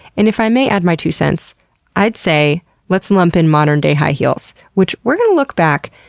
and if i may add my two cents i'd say let's lump in modern day high heels. which. we're gonna look back